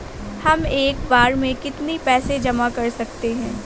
हम एक बार में कितनी पैसे जमा कर सकते हैं?